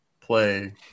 play –